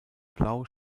blau